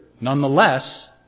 nonetheless